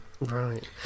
Right